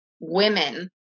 women